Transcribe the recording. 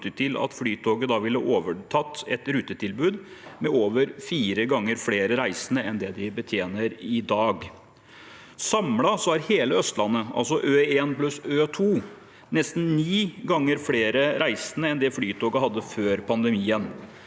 til at Flytoget da ville overtatt et rutetilbud med over fire ganger flere reisende enn det de betjener i dag. Samlet har hele Østlandet, altså Ø1 pluss Ø2, nesten ni ganger flere reisende enn det Flytoget hadde før pandemien.